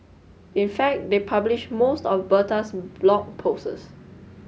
in fact they published most of Bertha's blog posts